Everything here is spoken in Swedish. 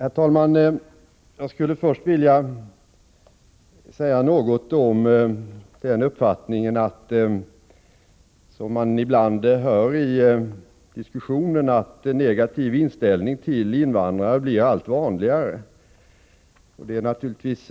Herr talman! Jag skulle först vilja säga något om den uppfattning som ibland framförs i diskussionen, nämligen att en negativ inställning till invandrare blir allt vanligare. Det är naturligtvis